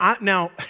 Now